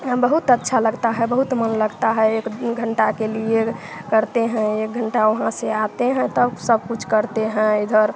हां बहुत अच्छा लगता है बहुत मन लगता है एक दो घंटा के लिए करते हैं एक घंटा वहाँ से आते हैं तब सब कुछ करते हैं इधर